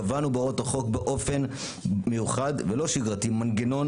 קבענו בהוראות החוק באופן מיוחד ולא שגרתי מנגנון